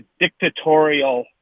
dictatorial